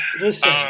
Listen